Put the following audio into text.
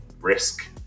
Risk